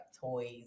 toys